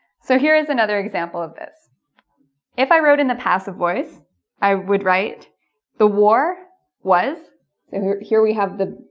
so here is another example of this if i wrote in the passive voice i would write the war was and over here we have the